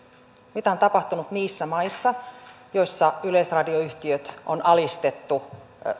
mitä on tapahtunut niissä maissa joissa yleisradioyhtiöt on alistettu